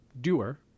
doer